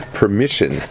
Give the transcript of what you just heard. permission